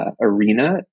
arena